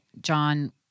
John